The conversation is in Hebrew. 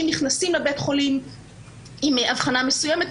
נכנסים לבית חולים עם אבחנה מסוימת,